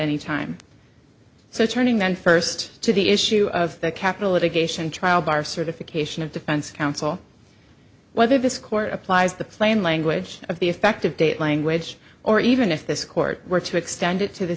any time so turning them first to the issue of the capital litigation trial bar certification of defense counsel whether this court applies the plain language of the effective date language or even if this court were to extend it to the